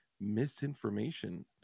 misinformation